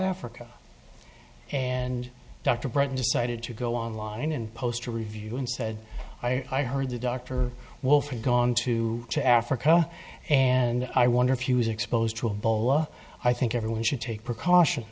africa and dr breton decided to go online and post a review and said i heard the doctor wolf we've gone to to africa and i wonder if he was exposed to a bolo i think everyone should take precautions